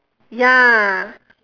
ya